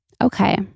Okay